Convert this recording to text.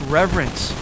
reverence